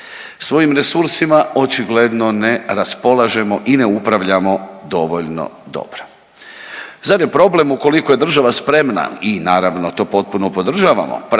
Svojim resursima očigledno ne raspolažemo i ne upravljamo dovoljno dobro. Zar je problem ukoliko je država spremna i naravno to potpuno podržavamo,